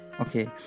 Okay